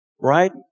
Right